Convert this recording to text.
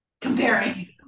comparing